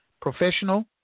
professional